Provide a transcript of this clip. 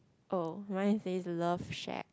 oh mine it says it's love shared